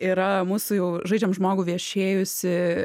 yra mūsų jau žaidžiam žmogų viešėjusi